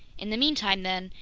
in the meantime, then,